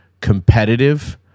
competitive